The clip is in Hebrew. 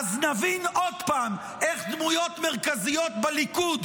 אז נבין עוד פעם איך דמויות מרכזיות בליכוד